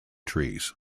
trees